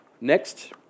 Next